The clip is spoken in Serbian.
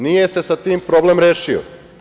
Nije se sa tim problem rešio.